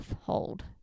hold